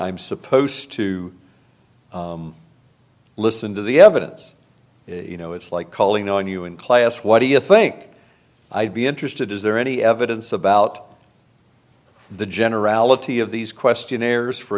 i'm supposed to listen to the evidence you know it's like calling on you in class what do you think i'd be interested is there any evidence about the generality of these questionnaires for